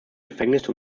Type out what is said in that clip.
gefängnis